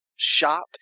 shop